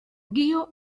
guío